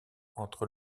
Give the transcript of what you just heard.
entre